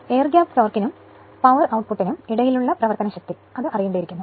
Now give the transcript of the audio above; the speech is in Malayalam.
എയർ ഗ്യാപ് ടോർക്വിനും പവർ ഔട്ട്പുട്ടിനും ഇടയിലുള്ള പ്രവർത്തനശക്തി അറിയേണ്ടിയിരിക്കുന്നു